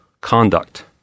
conduct